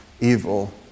evil